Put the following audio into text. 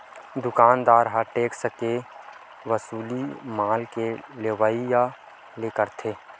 दुकानदार ह टेक्स के वसूली माल के लेवइया ले करथे